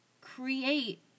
create